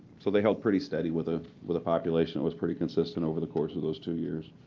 so they held pretty steady with ah with a population was pretty consistent over the course of those two years.